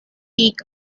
peak